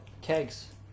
Kegs